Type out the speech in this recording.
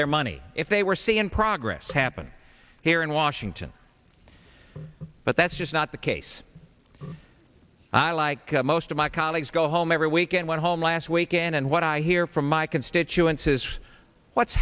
their money if they were seeing progress happen here in washington but that's just not the case i like most of my colleagues go home every week and went home last weekend and what i hear from my constituents is what's